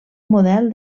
model